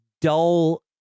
dull